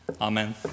Amen